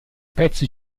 pezzo